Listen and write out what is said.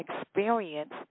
experience